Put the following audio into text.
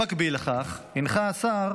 במקביל לכך הנחה שר